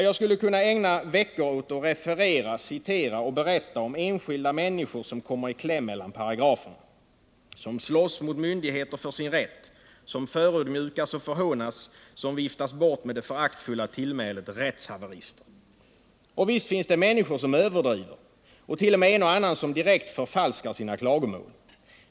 Jag skulle kunna ägna veckor åt att referera, citera, berätta om enskilda människor som kommer i kläm mellan paragraferna, som slåss mot myndigheter för sin rätt, som förödmjukas och förhånas, som viftas bort med det föraktfulla tillmälet rättshaverister. Och visst finns det människor som överdriver och t.o.m. en och annan som direkt förfalskar sina klagomål.